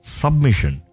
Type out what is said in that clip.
submission